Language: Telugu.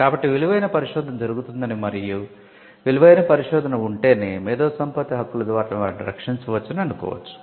కాబట్టి విలువైన పరిశోధన జరుగుతుందని మరియు విలువైన పరిశోధన ఉంటేనే మేధో సంపత్తి హక్కుల ద్వారా వాటిని రక్షించవచ్చని అనుకోవచ్చు